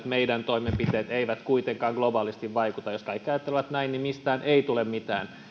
meidän toimenpiteemme eivät kuitenkaan globaalisti vaikuta jos kaikki ajattelevat näin niin mistään ei tule mitään